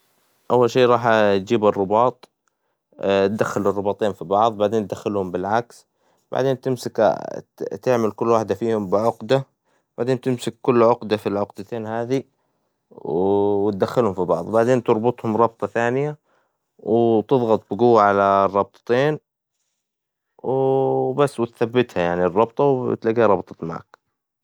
أول شى راح تجيب الرباط ، تدخل الرباطين فى بعظ وبعدين تدخلهم بالعكس ، بعدين تمسك تعمل كل وحدة فيهم بعقدة ، وبعدين تمسك كل عقدة فى العقدتين هذى وتدخلهم فى بعظ ، وبعدين تربطهم ربطة ثانية وتظغط بقوة على الربتطين ، وبس وتثبتها يعنى الربطة وتلقيها ربطت معاك.